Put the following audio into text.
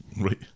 right